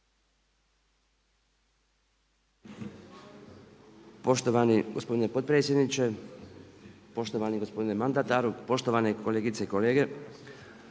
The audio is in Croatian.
Poštovani gospodine potpredsjedniče, poštovani gospodine mandataru, poštovane kolegice i kolege.